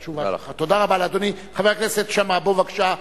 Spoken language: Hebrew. חבר הכנסת שאמה, בוא, בבקשה.